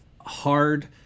hard